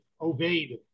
obeyed